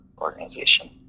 organization